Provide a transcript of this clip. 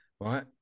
Right